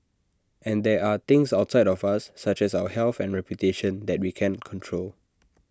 and there are things outside of us such as our health and reputation that we can't control